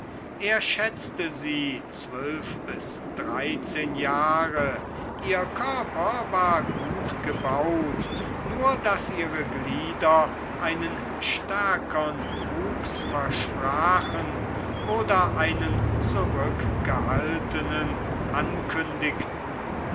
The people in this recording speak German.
er schätzte sie zwölf bis dreizehn jahre ihr körper war gut gebaut nur daß ihre glieder einen stärkern wuchs versprachen oder einen zurückgehaltenen ankündigten